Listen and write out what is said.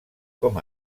como